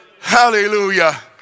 Hallelujah